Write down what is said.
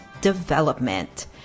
development